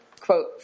quote